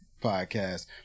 podcast